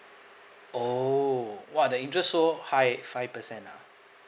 oh !wah! the interest so high five percent ah